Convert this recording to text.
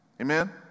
Amen